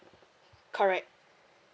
correct